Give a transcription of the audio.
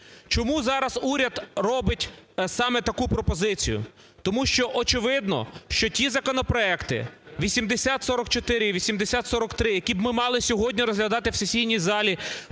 Чому зараз уряд робить саме таку пропозицію? Тому що очевидно, що ті законопроекти (8044 і 8043), які б ми мали сьогодні розглядати в сесійній залі,